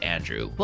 Andrew